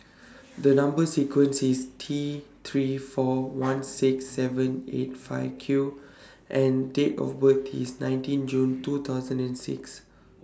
The Number sequence IS T three four one six seven eight five Q and Date of birth IS nineteen June two thousand and six